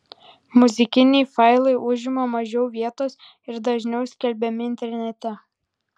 muzikiniai failai užima mažiau vietos ir dažniau skelbiami internete